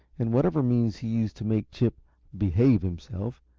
and whatever means he used to make chip behave himself,